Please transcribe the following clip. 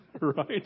right